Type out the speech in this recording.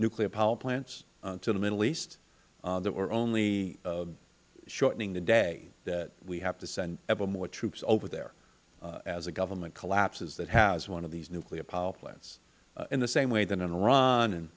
nuclear power plants to the middle east that we are only shortening the day that we have to send ever more troops over there as a government collapses that has one of these nuclear power plants in the same way that in iran and